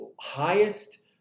highest